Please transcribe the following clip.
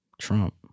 Trump